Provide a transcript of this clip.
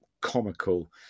comical